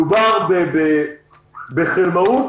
מדובר בחלמאות,